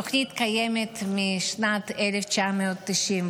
התוכנית קיימת משנת 1992,